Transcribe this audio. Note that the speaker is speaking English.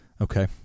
okay